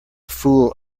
fool